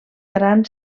gran